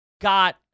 got